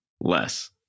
Less